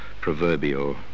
proverbial